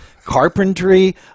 carpentry